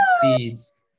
Seeds